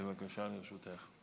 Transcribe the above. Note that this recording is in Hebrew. בבקשה, לרשותך.